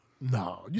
No